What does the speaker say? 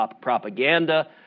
propaganda